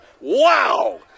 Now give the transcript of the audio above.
Wow